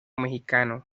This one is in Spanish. mexicano